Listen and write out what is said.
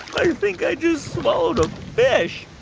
i think i just swallowed a fish